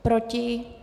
Proti?